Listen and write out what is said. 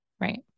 Right